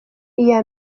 iya